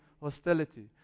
hostility